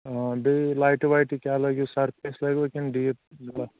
بیٚیہِ لایٹہِ وایٹہِ کیٛاہ لَگیو سرفیس لٲگۍوا کِنۍ